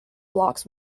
blocks